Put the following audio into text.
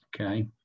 okay